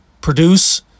produce